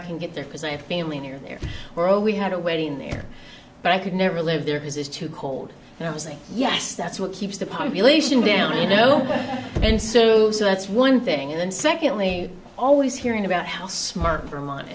i can get there because i have family near there we're all we had a wedding there but i could never live there is it's too cold and i was like yes that's what keeps the population down you know and so that's one thing and then secondly always hearing about how smart vermont